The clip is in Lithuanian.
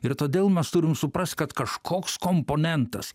ir todėl mes turim suprast kad kažkoks komponentas